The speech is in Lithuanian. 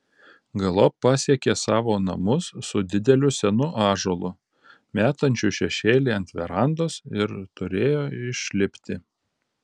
galop pasiekė savo namus su dideliu senu ąžuolu metančiu šešėlį ant verandos ir turėjo išlipti